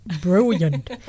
brilliant